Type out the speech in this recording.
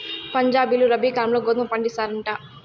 పంజాబీలు రబీ కాలంల గోధుమ పండిస్తారంట